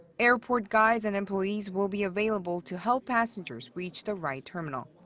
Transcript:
airport guides and employees will be available to help passengers reach the right terminal.